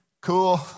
cool